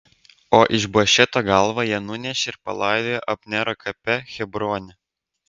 o išbošeto galvą jie nunešė ir palaidojo abnero kape hebrone